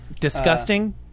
disgusting